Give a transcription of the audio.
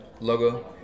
Logo